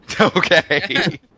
Okay